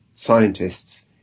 scientists